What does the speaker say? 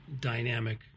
dynamic